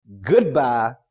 goodbye